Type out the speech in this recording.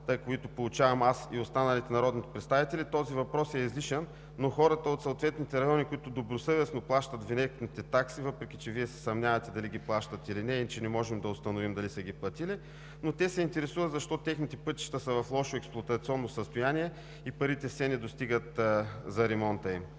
които получаваме аз и останалите народни представители, този въпрос е излишен, но хората от съответните райони, които добросъвестно плащат винетните такси, въпреки че Вие се съмнявате дали ги плащат или не, и че не можем да установим дали са ги платили, но те се интересуват защо техните пътища са в лошо експлоатационно състояние и парите все не достигат за ремонта им.